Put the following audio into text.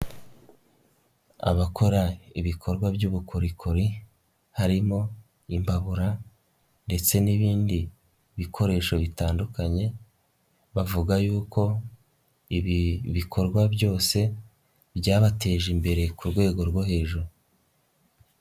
Abakora ibikorwa by'ubukorikori, harimo imbabura ndetse n'ibindi bikoresho bitandukanye, bavuga y'uko ibi bikorwa byose byabateje imbere ku rwego rwo hejuru.